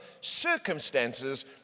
circumstances